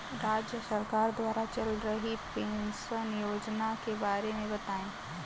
राज्य सरकार द्वारा चल रही पेंशन योजना के बारे में बताएँ?